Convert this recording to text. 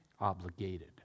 obligated